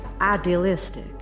idealistic